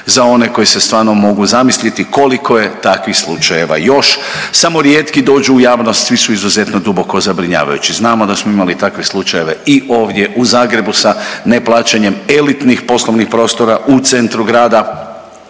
za one koji se stvarno mogu zamisliti koliko je takvih slučajeva još, samo rijetki dođu u javnost, svi su izuzetno duboko zabrinjavajući. Znamo da smo imali takve slučajeve i ovdje u Zagrebu sa neplaćanjem elitnih poslovnih prostora u centru grada,